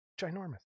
ginormous